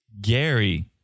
Gary